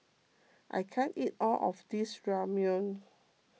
I can't eat all of this Ramyeon